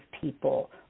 people